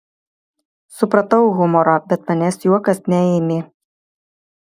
supratau humorą bet manęs juokas neėmė